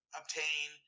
obtain